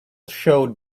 showed